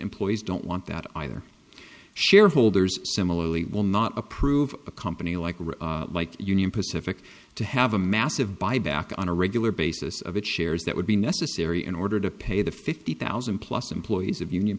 employees don't want that either shareholders similarly will not approve a company like union pacific to have a massive buyback on a regular basis of shares that would be necessary in order to pay the fifty thousand plus employees of union